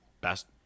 best